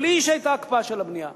בלי שהיתה הקפאה של הבנייה.